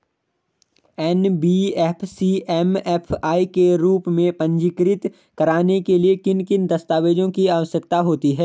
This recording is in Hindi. एन.बी.एफ.सी एम.एफ.आई के रूप में पंजीकृत कराने के लिए किन किन दस्तावेज़ों की आवश्यकता होती है?